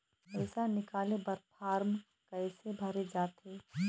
पैसा निकाले बर फार्म कैसे भरे जाथे?